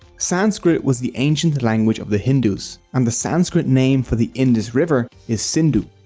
sanskrit was the ancient language of the hindus, and the sanskrit name for the indus river is sindhu.